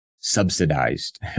subsidized